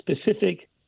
specific